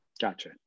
Gotcha